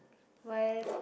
why